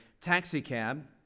taxicab